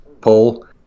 poll